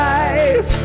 eyes